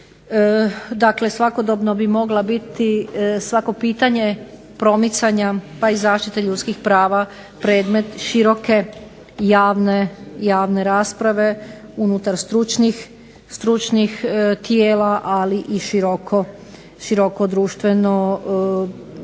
Dakle, svakodobno bi mogla biti svako pitanje promicanja pa i zaštite ljudskih prava predmet široke javne rasprave unutar stručnih tijela ali i široko društvene